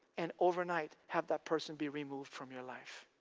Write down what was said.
and overnight have that person be removed from your life.